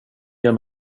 ger